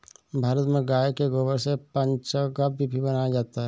भारत में गाय के गोबर से पंचगव्य भी बनाया जाता है